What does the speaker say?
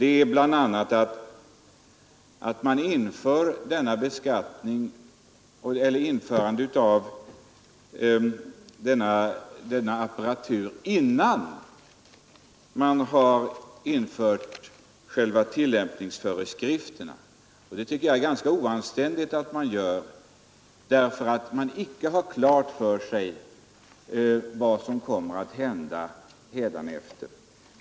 Det skulle nämligen innebära att vi lagstiftar om en apparatur innan vi fattat beslut om själva tillämpningsföreskrifterna. Det tycker jag är oanständigt, eftersom man då inte har klart för sig vad som kommer att hända härefter.